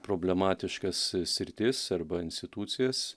problematiškas sritis arba institucijas